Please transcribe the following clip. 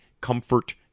comfort